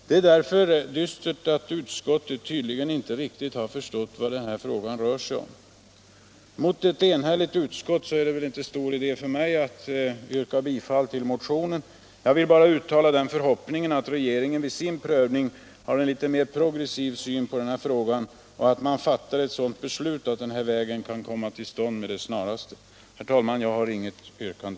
Det är därför dystert att utskottet tydligen inte riktigt har förstått vad den här frågan rör sig om. Mot ett enhälligt utskott är det inte stor idé för mig att yrka bifall till motionen. Jag vill bara uttala den förhoppningen att regeringen vid sin prövning har en mera progressiv syn på den här frågan och att man fattar ett sådant beslut att vägen kan komma till stånd med det snaraste. Herr talman! Jag har inget yrkande.